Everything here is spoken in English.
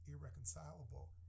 irreconcilable